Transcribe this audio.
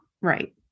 right